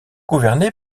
gouverné